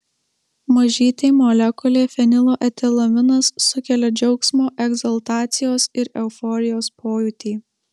mažytė molekulė fenilo etilaminas sukelia džiaugsmo egzaltacijos ir euforijos pojūtį